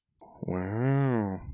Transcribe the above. Wow